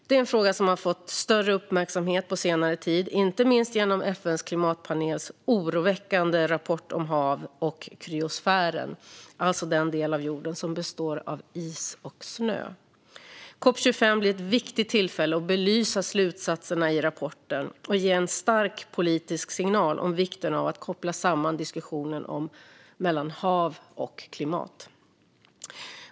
Det är en fråga som har fått större uppmärksamhet på senare tid, inte minst genom FN:s klimatpanels oroväckande rapport om hav och kryosfären - alltså den del av jorden som består av is och snö. COP 25 blir ett viktigt tillfälle att belysa slutsatserna i rapporten och ge en stark politisk signal om vikten av att koppla samman diskussioner om hav och klimat.